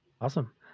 Awesome